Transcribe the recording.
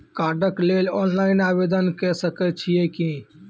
कार्डक लेल ऑनलाइन आवेदन के सकै छियै की?